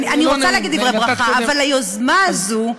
אני רוצה להגיד דברי ברכה, אבל היוזמה הזאת,